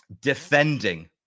defending